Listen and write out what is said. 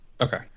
Okay